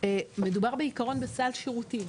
מדובר בעיקרון בסל שירותים.